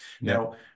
now